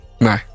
No